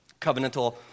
Covenantal